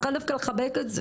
את צריכה דווקא לחבק את זה.